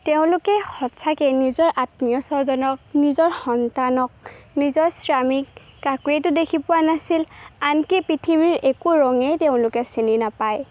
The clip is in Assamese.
তেওঁলোকে সঁচাকে নিজৰ আত্মীয় স্বজনক নিজৰ সন্তানক নিজৰ স্বামীক কাকোৱেতো দেখি পোৱা নাছিল আনকি পৃথিৱীৰ একো ৰঙেই তেওঁলোকে চিনি নাপায়